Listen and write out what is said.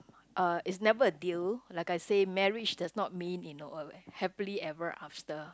uh it's never a deal like I say marriage does not mean in a way happily ever after